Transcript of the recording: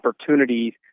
opportunities